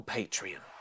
Patreon